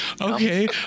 Okay